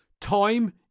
Time